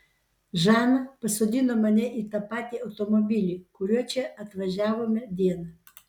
žana pasodino mane į tą patį automobilį kuriuo čia atvažiavome dieną